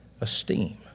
esteem